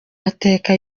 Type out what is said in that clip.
mateka